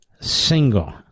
single